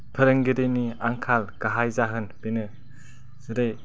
फोरोंगिरिनि आंखाल गाहाइ जाहोन बेनो जेरै